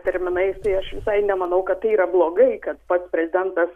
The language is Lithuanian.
terminais tai aš visai nemanau kad tai yra blogai kad pats prezidentas